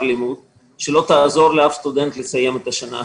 הלימוד שלא תעזור לאף סטודנט לסיים את השנה הזו.